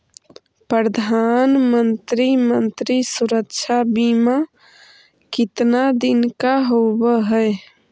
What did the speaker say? प्रधानमंत्री मंत्री सुरक्षा बिमा कितना दिन का होबय है?